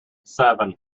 seven